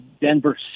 Denver